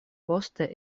poste